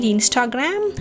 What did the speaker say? Instagram